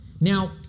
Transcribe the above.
Now